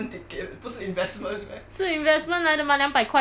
是 investment 来的 mah 两百块而已 mah I mean not 两百啦